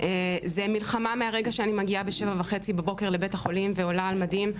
זה מלחמה מהרגע שאני מגיעה ב-7:30 בבוקר לבית-החולים ועולה על מדים,